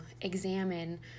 examine